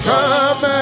Come